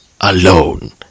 alone